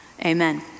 Amen